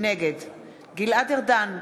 נגד גלעד ארדן,